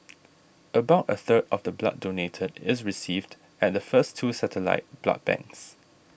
about a third of the blood donated is received at the first two satellite blood banks